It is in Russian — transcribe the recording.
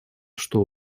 что